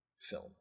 film